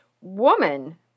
woman